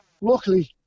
Luckily